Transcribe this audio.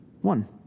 one